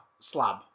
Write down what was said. Slab